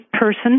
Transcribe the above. person